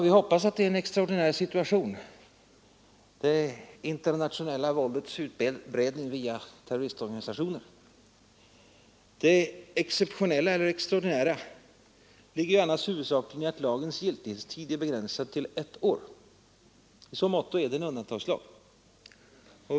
Vi hoppas att det internationella våldets utbredning via terroristorganisationer är en extraordinär situation. Det extraordinära ligger annars huvudsakligen i att lagens giltighetstid är begränsad till ett år. I så måtto är det en undantagslag.